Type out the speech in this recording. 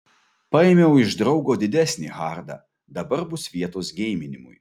paėmiau iš draugo didesnį hardą dabar bus vietos geiminimui